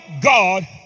god